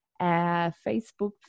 Facebook